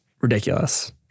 ridiculous